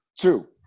two